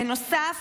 בנוסף,